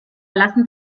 lassen